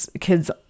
kid's